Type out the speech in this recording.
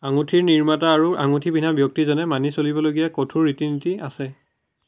আঙুঠিৰ নিৰ্মাতা আৰু আঙুঠি পিন্ধা ব্যক্তিজনে মানি চলিবলগীয়া কঠোৰ ৰীতি নীতি আছে